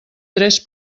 tres